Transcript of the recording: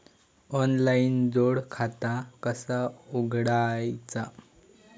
Online जोड खाता कसा उघडायचा?